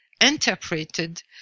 interpreted